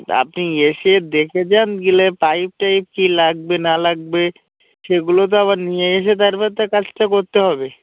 আপনি এসে দেখে যান গেলে পাইপ টাইপ কি লাগবে না লাগবে সেগুলো তো আবার নিয়ে এসে তারপর তো কাজটা করতে হবে